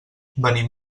venim